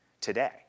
today